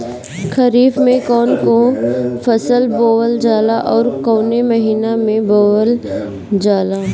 खरिफ में कौन कौं फसल बोवल जाला अउर काउने महीने में बोवेल जाला?